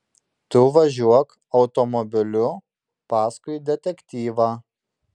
tu važiuok automobiliu paskui detektyvą